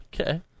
Okay